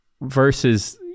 versus